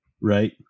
right